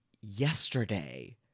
yesterday